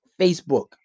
Facebook